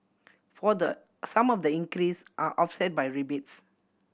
further some of the increase are offset by rebates